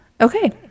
okay